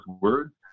words